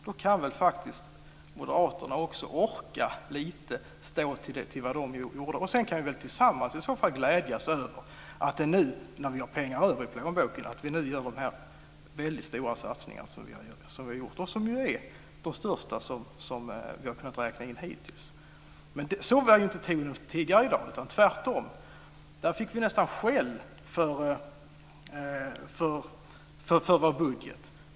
Då kan väl faktiskt Moderaterna också orka stå för det de gjorde. Sedan kan vi tillsammans glädjas över att vi nu, när vi har pengar i plånboken, kan göra denna väldiga stora satsning. Det är den största satsningen som vi har kunnat räkna in hittills. Så var inte tonen tidigare i dag, utan tvärtom fick vi nästan skäll för vår budget.